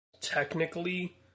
technically